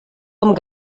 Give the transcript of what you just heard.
amb